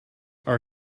our